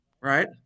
right